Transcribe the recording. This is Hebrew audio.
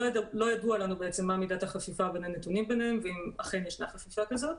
לא ידוע לנו מה מידת החשיפה בין הנתונים ביניהם והאם יש חפיפה כזאת.